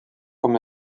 com